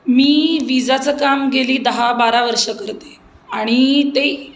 मी विजाचं काम गेली दहा बारा वर्ष करते आणि ते